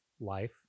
life